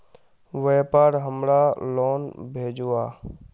व्यापार हमार लोन भेजुआ?